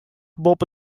boppe